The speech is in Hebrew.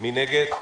מי נגד?